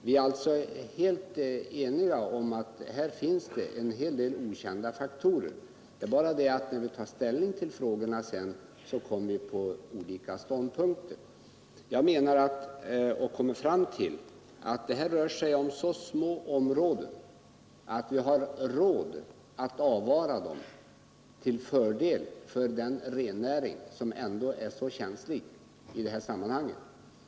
Vi är alltså helt eniga om att här finns det en hel del okända faktorer. Det är när vi tar ställning till frågorna som vi kommer till olika ståndpunkter. Jag har kommit fram till att det rör sig om så små områden att vi har råd att avvara dem till fördel för rennäringen som är så känslig i det här sammanhanget.